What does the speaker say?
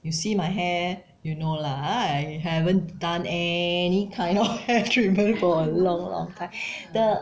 you see my hair you know lah ah I haven't done any kind of hair treatment for a long long time